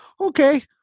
Okay